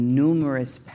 numerous